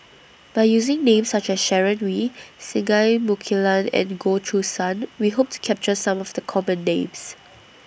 By using Names such as Sharon Wee Singai Mukilan and Goh Choo San We Hope to capture Some of The Common Names